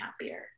happier